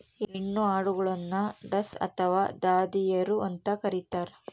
ಹೆಣ್ಣು ಆಡುಗಳನ್ನು ಡಸ್ ಅಥವಾ ದಾದಿಯರು ಅಂತ ಕರೀತಾರ